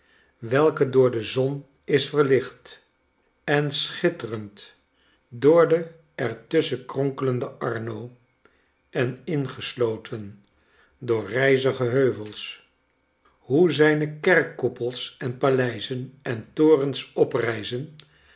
welke door de zon is verlicht en schitterend door de er tusschen kronkelende arno en ingesloten door rijzige heuvels hoe zijne kerkkoepels en paleizen en torens oprijzen